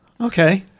Okay